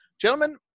gentlemen